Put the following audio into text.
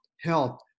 health